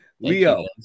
Leo